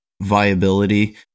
viability